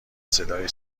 صدای